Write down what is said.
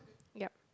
ya